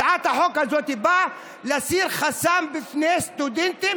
הצעת החוק הזאת באה להסיר חסם בפני סטודנטים